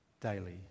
daily